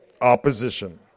Opposition